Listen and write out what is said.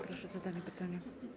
Proszę o zadanie pytania.